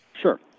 Sure